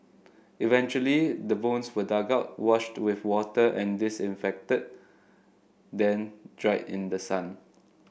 eventually the bones were dug out washed with water and disinfected then dried in the sun